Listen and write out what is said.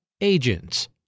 Agents